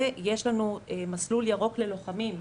ויש לנו מסלול ירוק ללוחמים,